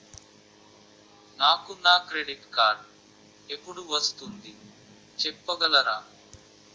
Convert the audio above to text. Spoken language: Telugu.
నాకు నా క్రెడిట్ కార్డ్ ఎపుడు వస్తుంది చెప్పగలరా?